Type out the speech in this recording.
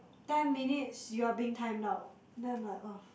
ten minutes you are being timed now them I'm like !ugh!